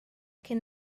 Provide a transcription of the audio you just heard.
cyn